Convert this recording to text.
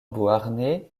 beauharnais